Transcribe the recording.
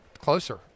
closer